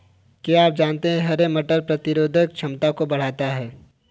क्या आप जानते है हरे मटर प्रतिरोधक क्षमता को बढ़ाता है?